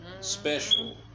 special